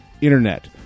internet